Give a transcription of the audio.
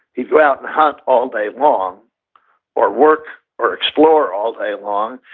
he'd go out and hunt all day long or work or explore all day long,